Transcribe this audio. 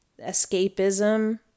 escapism